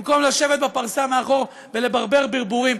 במקום לשבת בפרסה מאחור ולברר ברבורים,